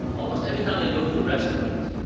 almost every time i go to a restaurant,